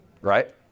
Right